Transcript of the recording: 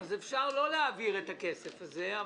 אז אפשר לא להעביר את הכסף הזה.